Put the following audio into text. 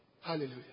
Hallelujah